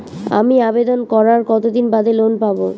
আমি আবেদন করার কতদিন বাদে লোন পাব?